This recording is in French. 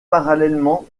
parallèlement